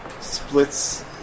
splits